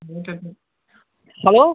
எதுவும் கேட்கல ஹலோ